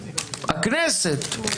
הכנסת.